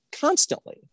constantly